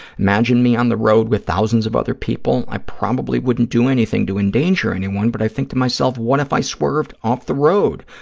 imagine me on the road with thousands of other people, i probably wouldn't do anything to endanger anyone, but i think to myself, what if i swerved off the road?